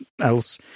else